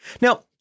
Now